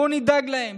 בואו נדאג להם,